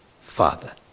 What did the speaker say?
Father